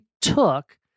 took